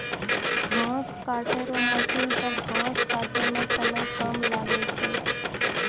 घास काटै रो मशीन से घास काटै मे समय कम लागै छै